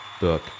book